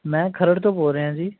ਮੈਂ ਖਰੜ ਤੋਂ ਬੋਲ ਰਿਹਾ ਜੀ